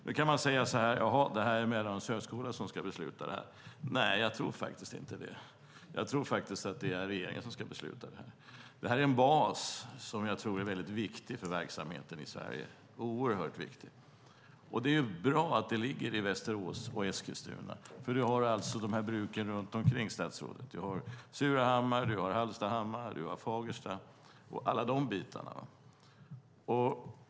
Nu kan man säga så här: Jaha, det är Mälardalens högskola som ska besluta om det här. Nej, jag tror faktiskt inte det. Jag tror faktiskt att det är regeringen som ska besluta om det här. Det här är en bas som jag tror är oerhört viktig för verksamheten i Sverige. Och det är bra att det ligger i Västerås och Eskilstuna. Vi har ju de här bruken runt omkring, statsrådet. Vi har Surahammar, Hallstahammar, Fagersta och alla de bitarna.